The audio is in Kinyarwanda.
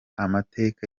amateka